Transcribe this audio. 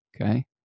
Okay